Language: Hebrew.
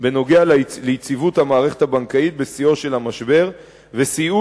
בנוגע ליציבות המערכת הבנקאית בשיאו של המשבר וסייעו